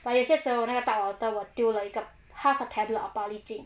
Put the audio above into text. but 有些时候那个 tub of water 我丢了一个 half a tablet of 宝丽金